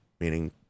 meaning